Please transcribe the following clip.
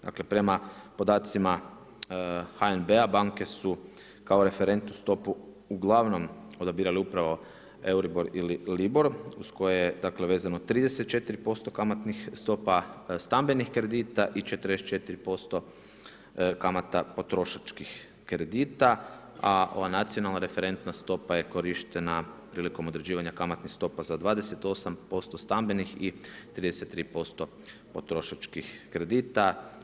Dakle, prema podacima HNB-a, banke su kao referentnu stopu uglavnom odabirale upravo EURIBOR ili LIBOR uz koje je dakle vezano 34% kamatnih stopa, stambenih kredita i 44% kamata potrošačkih kredita a ova nacionalna referentna stopa je korištena prilikom određivanja kamatnih stopa za 28% stambenih i 33% potrošačkih kredita.